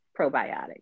probiotics